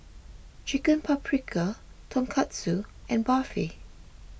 Chicken Paprikas Tonkatsu and Barfi